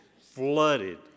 flooded